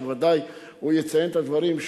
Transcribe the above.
שבוודאי יציין את הדברים,